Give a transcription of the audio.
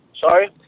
sorry